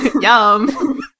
Yum